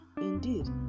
Indeed